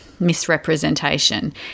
misrepresentation